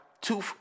two